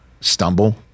stumble